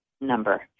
number